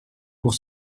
pour